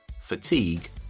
fatigue